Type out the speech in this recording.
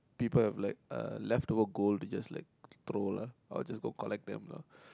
people have like uh leftover gold to just like throw lah I will just go collect them lah